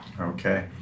Okay